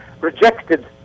rejected